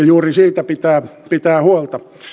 juuri siitä pitää pitää huolta